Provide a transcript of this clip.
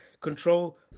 Control